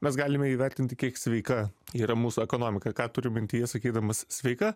mes galime įvertinti kiek sveika yra mūsų ekonomika ką turiu mintyje sakydamas sveika